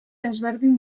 desberdin